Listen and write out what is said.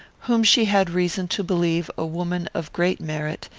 whom she had reason to believe a woman of great merit,